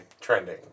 trending